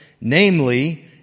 namely